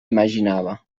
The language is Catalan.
imaginava